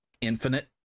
infinite